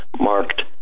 marked